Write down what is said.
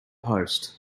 post